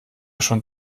schon